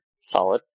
Solid